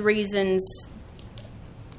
reasons